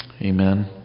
Amen